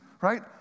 right